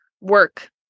work